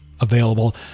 available